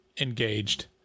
engaged